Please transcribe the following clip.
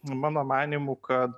mano manymu kad